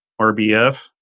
RBF